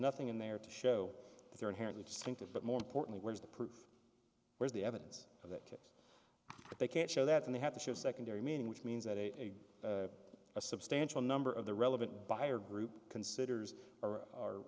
nothing in there to show that they're inherently distinctive but more importantly where's the proof where's the evidence but they can't show that and they have to show secondary meaning which means that a substantial number of the relevant buyer group considers or